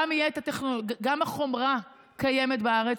גם החומרה קיימת בארץ,